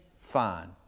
Fine